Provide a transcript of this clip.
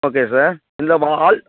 okay sir எந்த மஹால்